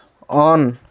on